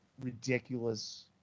ridiculous